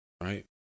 right